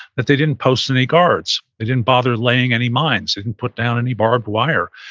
that they didn't post any guards. they didn't bother laying any mines. they didn't put down any barbed wire.